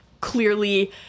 clearly